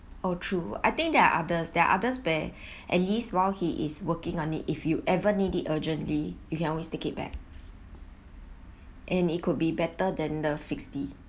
oh true I think there are others there are others where at least while he is working on it if you ever need it urgently you can always take it back and it could be better than the fixed D